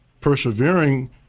persevering